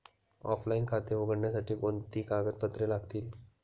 Offline खाते उघडण्यासाठी कोणती कागदपत्रे लागतील?